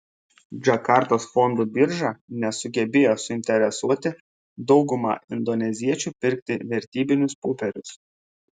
džakartos fondų birža nesugebėjo suinteresuoti daugumą indoneziečių pirkti vertybinius popierius